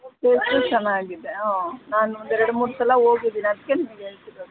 taste ಚೆನ್ನಾಗಿದೆ ಹ್ಞೂ ನಾನು ಒಂದೆರಡು ಮೂರು ಸಲ ಹೋಗಿದ್ದೀನಿ ಅದಕ್ಕೇ ನಿಮಗೆ ಹೇಳ್ತಿರೋದು